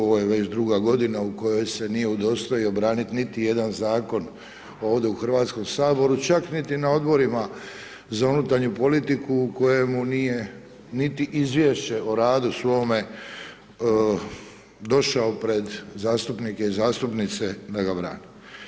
Ovo je već druga godina u kojoj se nije udostojio obraniti niti jedan zakon ovdje u Hrvatskom saboru, čak niti na Odborima za unutarnju politiku kojemu nije niti izvješće o radu svome došao pred zastupnike i zastupnice da ga brani.